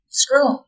screw